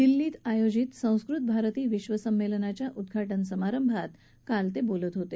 दिल्ली इथं आयोजित संस्कृत भारती विश्व संमेलनाच्या उद्वाटन समारंभात ते बोलत होते